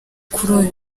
kuri